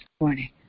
morning